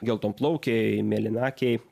geltonplaukiai mėlynakiai